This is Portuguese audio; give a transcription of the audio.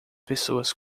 pessoas